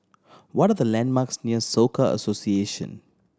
what are the landmarks near Soka Association